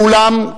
ואולם,